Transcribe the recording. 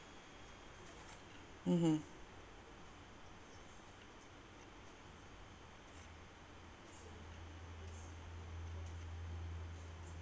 mmhmm